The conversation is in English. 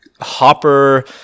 Hopper